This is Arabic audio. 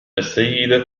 السيد